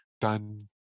done